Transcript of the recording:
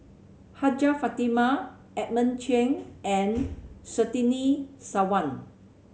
Hajjah Fatimah Edmund Cheng and Surtini Sarwan